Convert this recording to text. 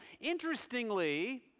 Interestingly